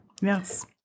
Yes